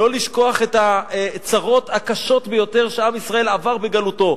לא לשכוח את הצרות הקשות ביותר שעם ישראל עבר בגלותו.